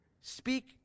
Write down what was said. speak